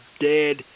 dead